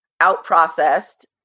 out-processed